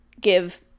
give